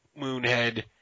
Moonhead